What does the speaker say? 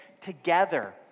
together